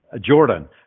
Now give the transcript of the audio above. Jordan